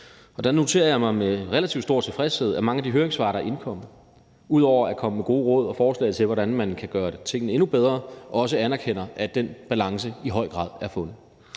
Der noterer jeg mig med relativt stor tilfredshed, at mange af de høringssvar, der er indkommet, ud over at komme med gode råd og forslag til, hvordan man kan gøre tingene endnu bedre, anerkender, at den balance i høj grad er fundet.